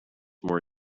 more